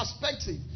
perspective